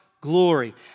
glory